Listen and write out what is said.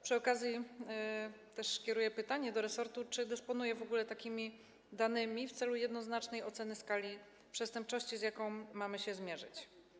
Przy okazji też kieruję pytanie do resortu o to, czy dysponuje w ogóle takimi danymi, w celu jednoznacznej oceny skali przestępczości, z jaką mamy się zmierzyć.